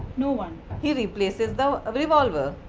no one. he replaces the revolver.